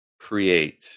create